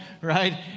right